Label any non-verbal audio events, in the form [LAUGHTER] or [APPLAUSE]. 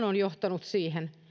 [UNINTELLIGIBLE] on johtanut siihen